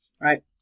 right